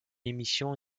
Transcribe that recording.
émission